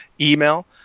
email